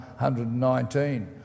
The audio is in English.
119